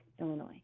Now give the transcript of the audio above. Illinois